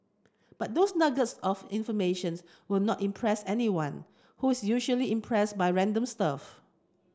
but those nuggets of information's will not impress anyone who is usually impressed by random stuff